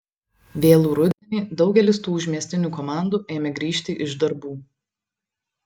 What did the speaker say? vėlų rudenį daugelis tų užmiestinių komandų ėmė grįžti iš darbų